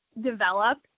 develop